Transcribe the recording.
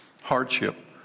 Hardship